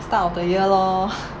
start of the year lor